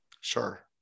Sure